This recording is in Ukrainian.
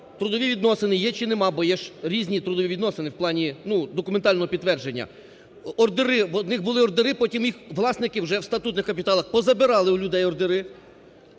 Трудові відносини є чи нема? Бо є ж різні трудові відносини в плані, ну, документального підтвердження. Ордери. У одних були ордери, потім їх власники вже в статутних капіталах позабирали у людей, ордери.